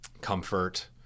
comfort